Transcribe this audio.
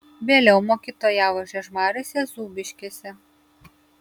vėliau mokytojavo žiežmariuose zūbiškėse